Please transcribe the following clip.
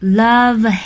love